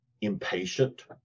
impatient